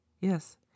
yes